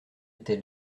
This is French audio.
était